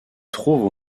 trouvent